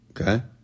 Okay